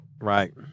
right